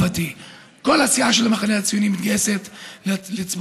כל הסיעה של המחנה הציוני מתגייסת לתמוך,